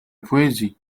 poésie